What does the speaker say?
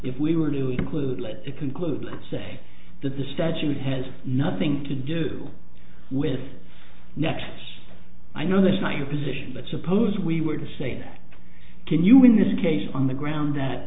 if we were luke luke let it conclude let's say that the statute has nothing to do with next i know that's not your position but suppose we were to say can you win this case on the ground that